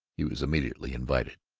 he was immediately invited.